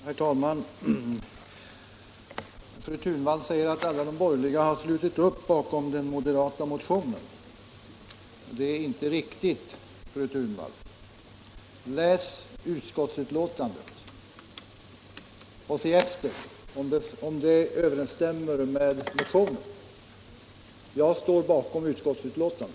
Herr talman! Fru Thunvall säger att alla de borgerliga har slutit upp bakom den moderata motionen. Det är inte riktigt, fru Thunvall. Läs utskottsbetänkandet och se efter om det överensstämmer med motionen! Jag står bakom utskottsbetänkandet.